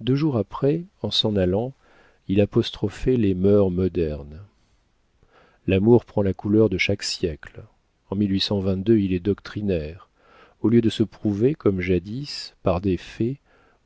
deux jours après en s'en allant il apostrophait les mœurs modernes l'amour prend la couleur de chaque siècle en est doctrinaire au lieu de se prouver comme jadis par des faits